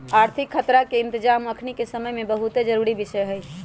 आर्थिक खतरा के इतजाम अखनीके समय में बहुते जरूरी विषय हइ